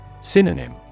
Synonym